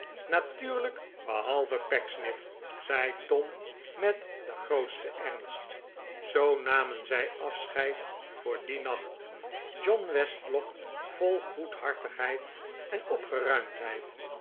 natuurlijk behalve pecksniff zei tom met den grootsten ernst zoo namen zij afscheid voor dien nacht john westlock vol goedhartigheid en